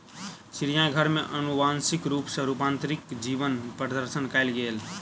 चिड़ियाघर में अनुवांशिक रूप सॅ रूपांतरित जीवक प्रदर्शन कयल गेल